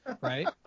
right